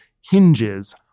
hinges